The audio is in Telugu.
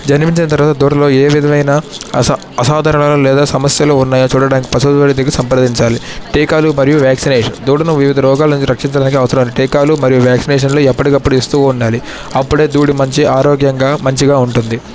జన్మించిన తరవాత దూడలో ఏ విధమైన అసా అసాధరణాలు లేదా సమస్యలు ఉన్నాయా చూడడానికి పశువువైద్యులకు సంప్రదించాలి టీకాలు మరియు వ్యాక్సినేషన్ దూడను వివిధ రోగాల నుంచి రక్షించడానికి అవసరమైన టీకాలు మరియూ వ్యాక్సినేషన్లు ఎప్పటికప్పుడు ఇస్తూ ఉండాలి అప్పుడే దూడ మంచి ఆరోగ్యంగా మంచిగా ఉంటుంది